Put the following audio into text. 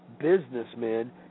businessmen